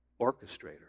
orchestrator